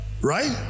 right